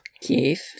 Keith